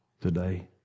today